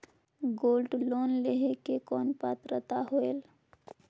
Gold loan लेहे के कौन पात्रता होएल?